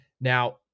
Now